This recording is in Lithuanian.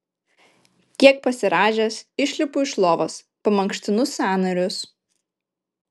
kiek pasirąžęs išlipu iš lovos pamankštinu sąnarius